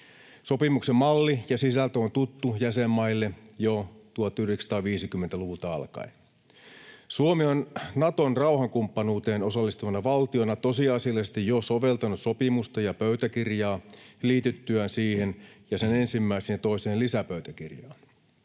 Sopimuksen malli ja sisältö ovat tuttuja jäsenmaille jo 1950-luvulta alkaen. Suomi on Naton rauhankumppanuuteen osallistuvana valtiona tosiasiallisesti jo soveltanut sopimusta ja pöytäkirjaa liityttyään siihen ja sen ensimmäiseen ja toiseen lisäpöytäkirjaan.